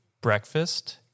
breakfast